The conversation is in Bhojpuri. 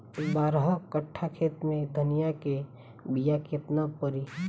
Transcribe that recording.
बारह कट्ठाखेत में धनिया के बीया केतना परी?